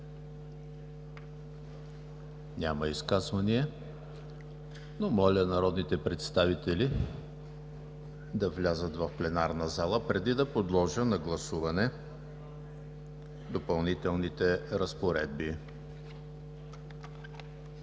Няма изказвания. Моля народните представители да влязат в пленарната зала преди да подложа на гласуване Допълнителните разпоредби.